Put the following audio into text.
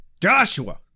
Joshua